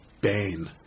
bane